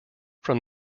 from